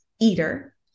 eater